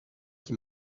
qui